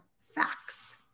facts